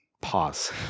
pause